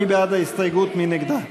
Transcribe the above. של קבועת סיעת חד"ש,